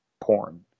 porn